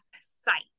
site